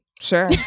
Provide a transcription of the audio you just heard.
Sure